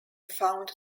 found